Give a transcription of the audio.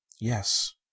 Yes